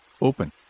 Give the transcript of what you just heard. open